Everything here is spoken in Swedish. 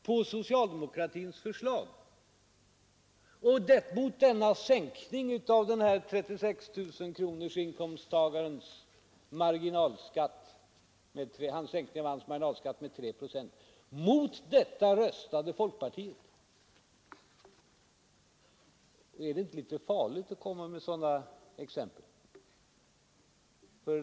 Mot denna sänkning med 3 procent av den här 36 000-kronorsinkomsttagarens marginalskatt röstade folkpartiet. Är det inte litet farligt att ta sådana exempel?